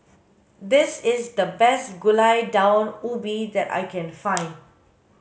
this is the best gulai daun ubi that I can find